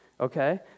okay